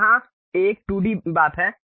यह एक 2D बात है